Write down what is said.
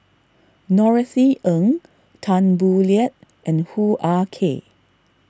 Norothy Ng Tan Boo Liat and Hoo Ah Kay